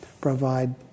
provide